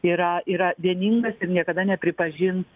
yra yra vieningas ir niekada nepripažins